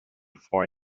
for